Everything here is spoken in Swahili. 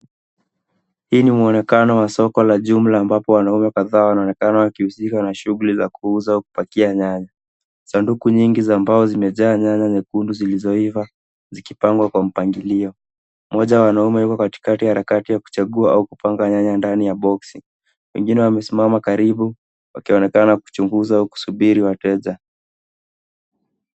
Hii mwonekano wa soko la jumla ambapo wanaume kadhaa wanaonekana wakihusika na shughuli za kuuza kupakia nyanya, sanduku nyingi za mbao zimejaa nyanya nyekundu zilizoiva zikipangwa kwa mpangilio ,mmoja wanaume yuko katikati ya harakati ya kuchagua au kupanga nyanya ndani ya boksi ,wengine wamesimama karibu wakionekana kuchunguza kusubiri watu wateja.